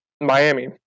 Miami